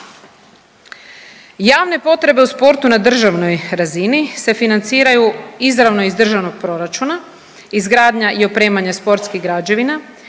Javne potrebe u sportu na državnoj razini se financiraju izravno iz državnog proračuna, izgradnja i opremanje sportskih građevina,